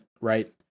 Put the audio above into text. right